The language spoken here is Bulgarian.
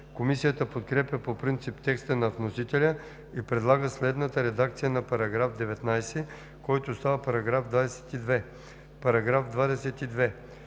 Комисията подкрепя по принцип текста на вносителя и предлага следната редакция на § 5, който става § 6: „§ 6.